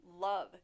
love